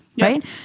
right